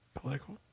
political